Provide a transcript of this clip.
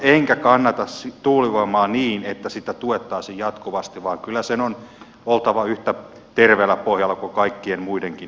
enkä kannata tuulivoimaa niin että sitä tuettaisiin jatkuvasti vaan kyllä sen on oltava yhtä terveellä pohjalla kuin kaikkien muidenkin energiamuotojen